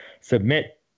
submit